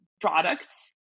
products